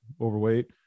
overweight